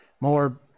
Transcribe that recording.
more